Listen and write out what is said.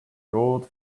rode